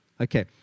Okay